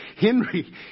Henry